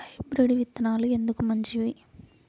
Hybrid విత్తనాలు ఎందుకు మంచివి?